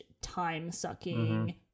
time-sucking